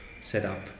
setup